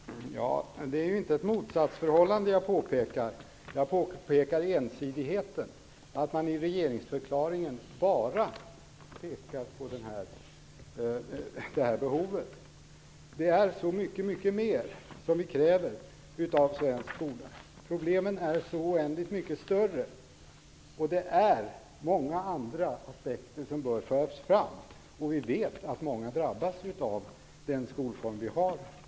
Herr talman! Det är inte ett motsatsförhållande jag påpekar. Jag påpekar ensidigheten, att man i regeringsförklaringen bara pekar på det här behovet. Det är så mycket, mycket mer som krävs av svensk skola. Problemen är så oändligt mycket större, och många andra aspekter bör föras fram. Vi vet att många drabbas av den skolform vi nu har.